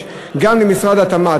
גם למשרד התמ"ת,